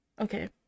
Okay